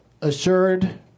Assured